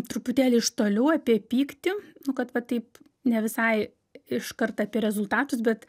truputėlį iš toliau apie pyktį nu kad va taip ne visai iškart apie rezultatus bet